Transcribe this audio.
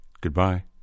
Goodbye